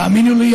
תאמינו לי,